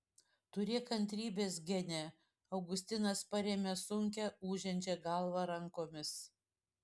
turėk kantrybės gene augustinas parėmė sunkią ūžiančią galvą rankomis